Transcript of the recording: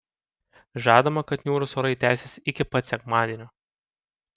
žadama kad niūrūs orai tęsis iki pat sekmadienio